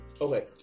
Okay